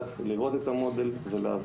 כשהתחלתי את הגילוי פגשתי את עטר שעזרה